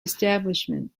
establishment